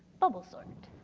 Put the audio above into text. bubblesort.